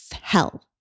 hell